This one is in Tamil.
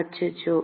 அச்சச்சோ